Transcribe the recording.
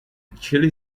chilli